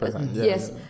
yes